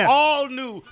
all-new